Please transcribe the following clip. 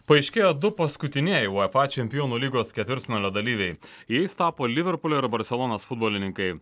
paaiškėjo du paskutinieji uefa čempionų lygos ketvirtfinalio dalyviai jais tapo liverpulio ir barselonos futbolininkai